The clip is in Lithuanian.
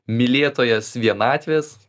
mylėtojas vienatvės